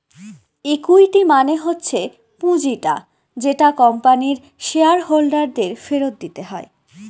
equity মানে হচ্ছে পুঁজিটা যেটা কোম্পানির শেয়ার হোল্ডার দের ফেরত দিতে হয়